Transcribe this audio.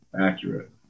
accurate